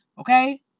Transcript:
okay